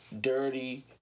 dirty